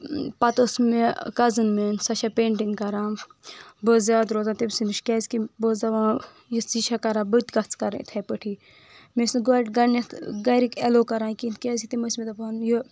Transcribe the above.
پتہٕ أس مےٚ کزن میٲنۍ سۄ چھِ پینٹنٛگ کران بہٕ ٲسٕس زیادٕ روزان تٔمۍ سٕے نِش کیٛازِ کہِ بہٕ ٲسٕس دپان یژھ یہِ چھےٚ کران بہٕ تہِ گژھہٕ کرٕنۍ اِتھٕے پٲٹھی مےٚ ٲسۍ نہٕ گۄڈٕ گۄڈٕنٮ۪تھ گرِکۍ ایلو کران کینٛہہ کیٛازِ کہِ تِم ٲسۍ مےٚ دپان یہِ